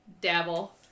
dabble